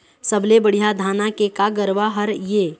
सबले बढ़िया धाना के का गरवा हर ये?